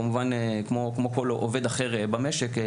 כמו כל עובד אחר במשק.